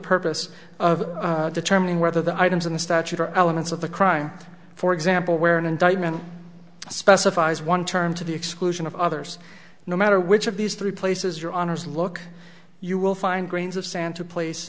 purpose of determining whether the items in the statute are elements of the crime for example where an indictment specifies one term to the exclusion of others no matter which of these three places your honour's look you will find grains of sand to place